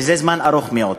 וזה זמן ארוך מאוד.